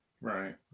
right